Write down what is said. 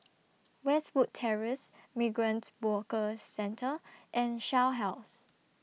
Westwood Terrace Migrant Workers Centre and Shell House